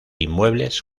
inmuebles